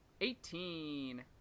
Eighteen